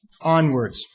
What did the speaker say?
onwards